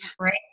Right